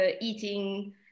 eating